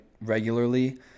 regularly